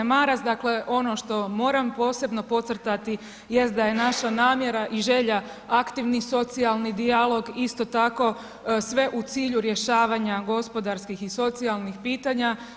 Poštovani g. Maras, dakle ono što moram posebno podcrtati jest da je naša namjera i želja aktivni socijalni dijalog, isto tako sve u cilju rješavanja gospodarskih i socijalnih pitanja.